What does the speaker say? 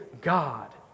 God